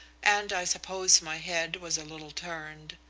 and i suppose my head was a little turned.